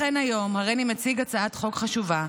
לכן היום הריני מציג הצעת חוק חשובה,